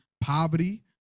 poverty